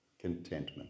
contentment